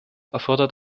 erfordert